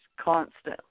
constantly